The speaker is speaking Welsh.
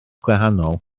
gwahanol